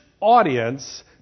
audience